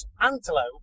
antelope